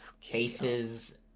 Cases